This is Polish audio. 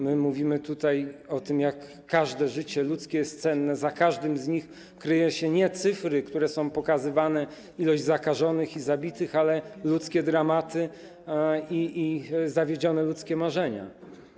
My mówimy tutaj o tym, jak każde życie ludzkie jest cenne, że za każdym z nich kryją się nie cyfry, które są pokazywane, liczby zakażonych i zabitych, ale ludzkie dramaty i zawiedzione ludzkie marzenia.